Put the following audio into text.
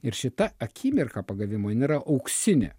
ir šita akimirka pagavimo jin yra auksinė